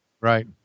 Right